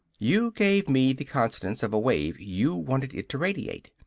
you gave me the constants of a wave you wanted it to radiate.